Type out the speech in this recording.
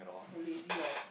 lazy lah